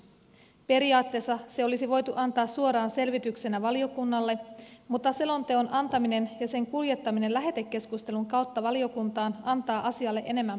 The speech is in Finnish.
periaatteessa se olisi voitu antaa suoraan selvityksenä valiokunnalle mutta selonteon antaminen ja sen kuljettaminen lähetekeskustelun kautta valiokuntaan antavat asialle enemmän painoa